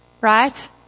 Right